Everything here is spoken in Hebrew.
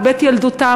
על בית ילדותם,